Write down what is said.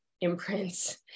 imprints